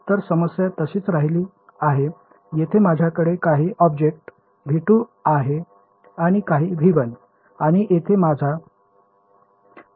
तर समस्या तशीच राहिली आहे येथे माझ्याकडे काही ऑब्जेक्ट V2 होते आणि काही V1 आणि येथे माझा करंट स्त्रोत होता